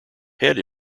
head